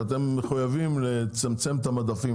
שאתם מחויבים לצמצם את המדפים,